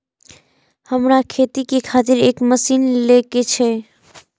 हमरा खेती के खातिर एक मशीन ले के छे?